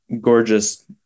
gorgeous